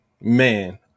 man